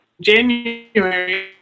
January